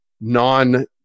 non